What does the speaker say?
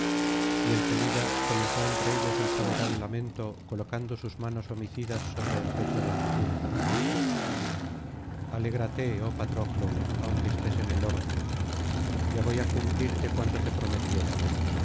y el pelida comenzó entre ellos el funeral lamento colocando sus manos homicidas sobre el pecho del difunto alégrate oh patroclo aunque estés en el orco ya voy á cumplirte cuanto te prometiera